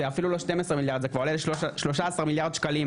זה אפילו לא 12 מיליארד זה כולל 13 מיליארד שקלים